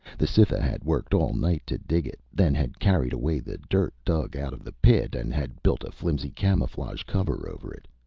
the cytha had worked all night to dig it, then had carried away the dirt dug out of the pit and had built a flimsy camouflage cover over it.